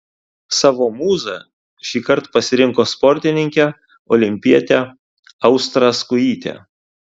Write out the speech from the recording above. savo mūza šįkart pasirinko sportininkę olimpietę austrą skujytę